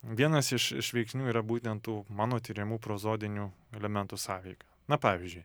vienas iš iš veiksnių yra būtent tų mano tiriamų prozodinių elementų sąveika na pavyzdžiui